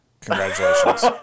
Congratulations